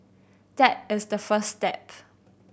that is the first step